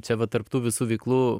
čia va tarp tų visų veiklų